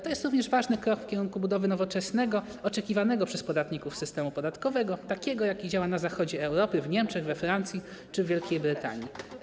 To jest również ważny krok w kierunku budowy nowoczesnego, oczekiwanego przez podatników systemu podatkowego, takiego jak ten, jaki działa na zachodzie Europy, w Niemczech, we Francji czy w Wielkiej Brytanii.